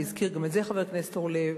גם את זה הזכיר חבר הכנסת אורלב,